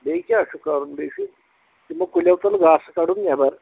بیٚیہِ کیٛاہ چھُ کَرُن بیٚیہِ چھُ تِمو کُلیو تُلہٕ گاسہٕ کَڈُن نٮ۪بر